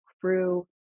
crew